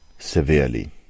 SEVERELY